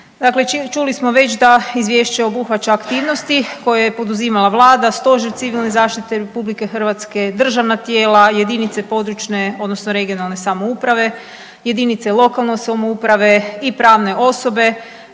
čuli smo već da izvješće obuhvaća aktivnosti koje je poduzimala Vlada, Stožer civilne zaštite RH, državna tijela, jedinice područne odnosno regionalne samouprave, jedinice lokalne samouprave i pravne osobe